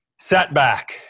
setback